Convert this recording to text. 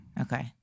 Okay